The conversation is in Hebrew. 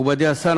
מכובדי השר,